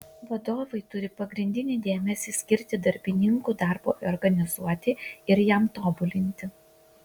vadovai turi pagrindinį dėmesį skirti darbininkų darbui organizuoti ir jam tobulinti